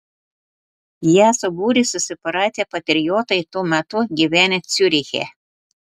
ją subūrė susipratę patriotai tuo metu gyvenę ciuriche